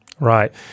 Right